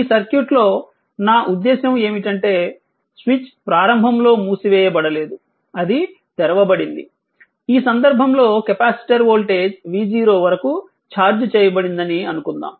ఈ సర్క్యూట్ లో నా ఉద్దేశ్యం ఏమిటంటే స్విచ్ ప్రారంభంలో మూసివేయబడలేదు అది తెరవబడింది ఈ సందర్భంలో కెపాసిటర్ వోల్టేజ్ v0 వరకు ఛార్జ్ చేయబడిందని అనుకుందాం